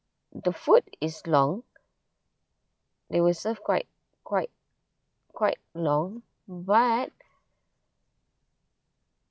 the food is long they were served quite quite quite long but